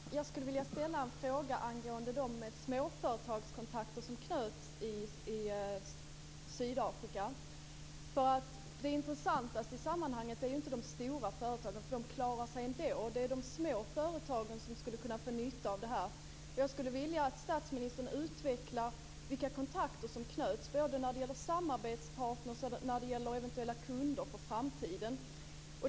Herr talman! Jag skulle vilja ställa en fråga angående de småföretagskontakter som knöts i Sydafrika. Det intressantaste i sammanhanget är ju inte de stora företagen - de klarar sig ändå - utan det är de små företagen som skulle kunna få nytta av det här. Jag skulle vilja att statsministern utvecklade vilka kontakter som knöts både när det gäller samarbetspartner och när det gäller eventuella kunder för framtiden.